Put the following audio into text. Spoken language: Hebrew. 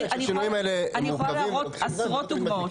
אני יכולה להביא עשרות דוגמאות